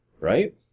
Right